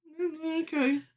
Okay